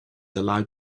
allowed